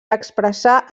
expressar